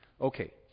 Okay